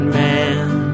man